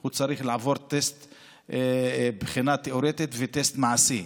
הוא צריך לעבור בחינה תיאורטית וטסט מעשי.